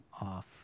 off